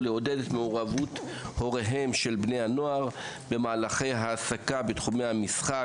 לעודד את מעורבות הוריהם של בני הנוער במהלכי ההעסקה בתחומי המשחק,